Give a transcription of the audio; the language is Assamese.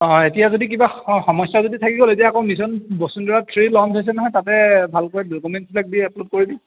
অঁ এতিয়া যদি কিবা স সমস্যা যদি থাকি গ'ল এতিয়া আকৌ মিছন বছুন্ধৰা থ্ৰী লঞ্চ হৈছে নহয় তাতে ভালকৈ ডকুমেণ্টছবিলাক দি আপলোড কৰি দিম